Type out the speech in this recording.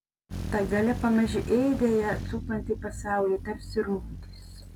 ta galia pamaži ėdė ją supantį pasaulį tarsi rūdys